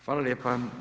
Hvala lijepo.